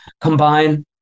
combine